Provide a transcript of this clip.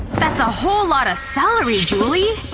that's a whole lot of celery, julie!